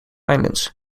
islands